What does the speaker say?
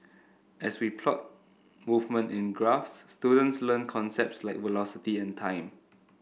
as we plot movement in graphs students learn concepts like velocity and time